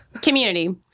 community